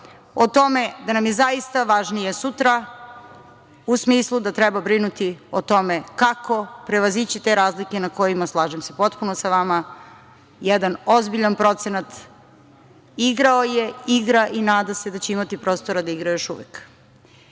o tome da nam je zaista važnije sutra u smislu da treba brinuti o tome kako prevazići te razlike na kojima, slažem se potpuno sa vama, jedan ozbiljan procenat igrao je, igra i nada se da će imati prostora da igra još uvek. Nemam